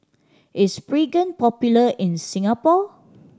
is Pregain popular in Singapore